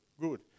good